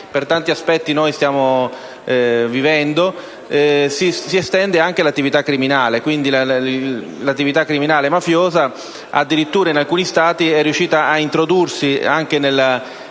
per tanti aspetti noi stiamo vivendo si estende anche l'attività criminale. In alcuni Stati l'attività criminale mafiosa addirittura è riuscita a introdursi anche nel